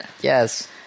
Yes